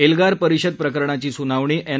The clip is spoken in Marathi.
एल्गार परिषद प्रकरणाची स्नावणी एन